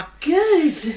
good